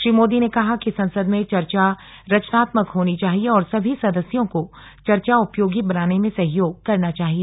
श्री मोदी ने कहा कि संसद में चर्चा रचनात्मक होनी चाहिए और सभी सदस्यों को चर्चा उपयोगी बनाने में सहयोग करना चाहिए